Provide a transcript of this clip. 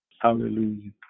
Hallelujah